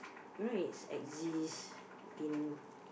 you know it's exists in